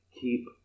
keep